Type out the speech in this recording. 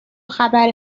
خبر